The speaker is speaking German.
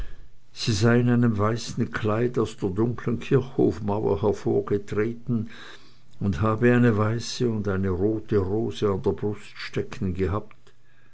sie sei in einem weißen kleid aus der dunkeln kirchhofmauer hervorgetreten und habe eine weiße und eine rote rose an der brust stecken gehabt